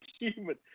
human